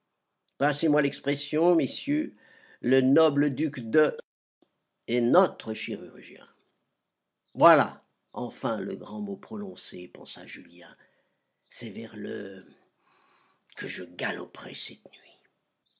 passez-moi l'expression messieurs le noble duc de est notre chirurgien voilà enfin le grand mot prononcé pensa julien c'est vers le que je galoperai cette nuit